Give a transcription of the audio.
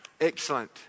Excellent